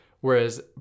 Whereas